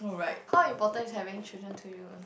how important is having children to you